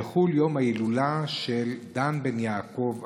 יחול יום ההילולה של דן בן יעקב אבינו,